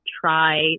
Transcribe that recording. try